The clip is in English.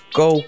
go